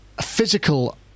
physical